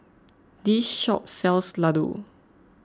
this shop sells Ladoo